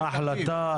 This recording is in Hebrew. אם ההחלטה,